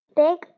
big